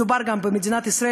מדובר גם במדינת ישראל,